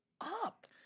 up